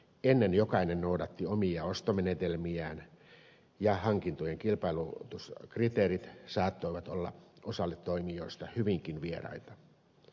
ennen jokainen noudatti omia ostomenetelmiään ja hankintojen kilpailutuskriteerit saattoivat olla osalle toimijoista hyvinkin vieraita